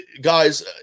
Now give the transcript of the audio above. guys